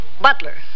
Butler